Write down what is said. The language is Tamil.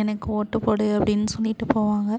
எனக்கு ஓட்டு போடு அப்படின்னு சொல்லிட்டு போவாங்க